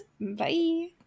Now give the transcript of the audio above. bye